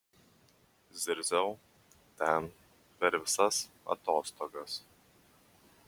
zirziau ten per visas atostogas